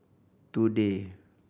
today